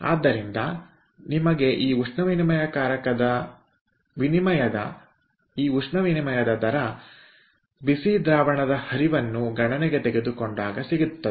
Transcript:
ಆದ್ದರಿಂದ ನಿಮಗೆ ಈ ಉಷ್ಣ ವಿನಿಮಯದ ದರ ಬಿಸಿ ದ್ರಾವಣದ ಹರಿವನ್ನು ಗಣನೆಗೆ ತೆಗೆದುಕೊಂಡಾಗ ಸಿಗುತ್ತದೆ